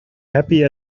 happy